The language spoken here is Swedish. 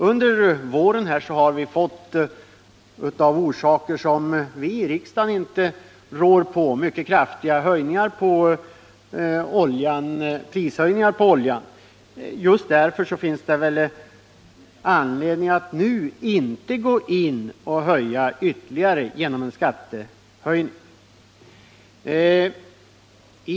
Under våren har vi — av skäl som vi i riksdagen inte rår på — redan fått mycket kraftiga prishöjningar på olja, och just därför finns det inte någon anledning att nu också höja skatten.